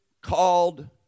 Called